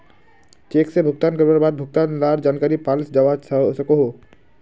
cheque से भुगतान करवार बाद भुगतान लार जानकारी पाल जावा सकोहो